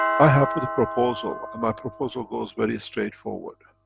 i have put a proposal, and my proposal goes very straight forward.